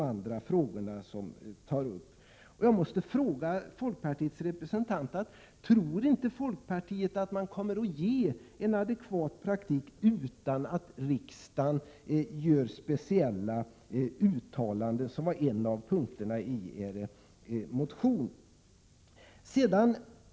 Jag måste fråga folkpartiets representant: Tror inte folkpartiet att man kommer att anordna en adekvat praktik utan att riksdagen gör sådana speciella uttalanden som föreslås i er motion?